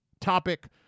topic